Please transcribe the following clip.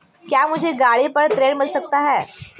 क्या मुझे गाड़ी पर ऋण मिल सकता है?